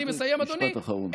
חבר הכנסת סמוטריץ', משפט אחרון.